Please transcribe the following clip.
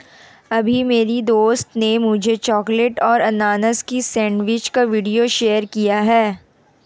अभी मेरी दोस्त ने मुझे चॉकलेट और अनानास की सेंडविच का वीडियो शेयर किया है